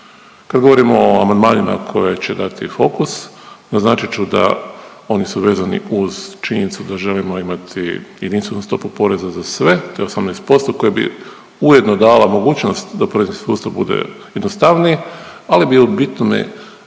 Kad govorimo o amandmanima koje će dati Fokus naznačit ću da oni su vezani uz činjenicu da želimo imati jedinstvenu stopu poreza za sve, to je 18% koja bi ujedno dala mogućnost da porezni sustav bude jednostavniji, ali bi u bitnome